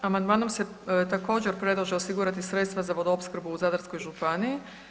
Amandmanom se također predlaže osigurati sredstva za vodoopskrbu Zadarskoj županiji.